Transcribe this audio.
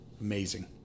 Amazing